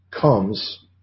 comes